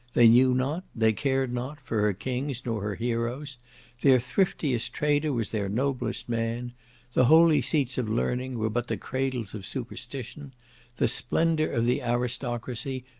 they knew not, they cared not, for her kings nor her heroes their thriftiest trader was their noblest man the holy seats of learning were but the cradles of superstition the splendour of the aristocracy,